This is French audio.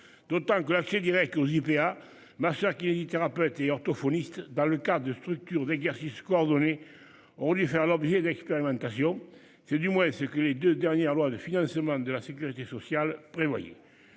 D'autant que la je dirais qu'on JPA ma soeur qui a thérapeutes et orthophonistes dans le cas de structures d'exercice coordonné on dû faire l'objet d'expérimentations, c'est du moins ce que les deux dernières lois de financement de la Sécurité sociale. Prévoyez.